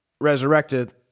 resurrected